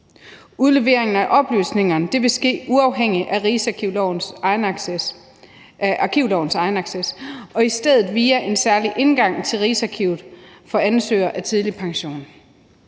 Udleveringen af oplysninger vil ske uafhængigt af arkivlovens egenacces og i stedet via en særlig indgang til Rigsarkivet for ansøgere af tidlig pension.